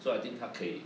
so I think 他可以